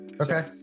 Okay